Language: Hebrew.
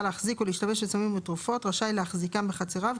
להחזיק או להשתמש בסמים או בתרופות רשאי להחזיקם בחצריו,